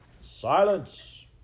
Silence